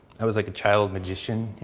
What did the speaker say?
i was like a child magician.